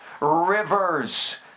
rivers